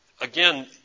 again